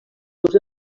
seus